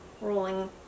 Rolling